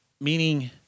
meaning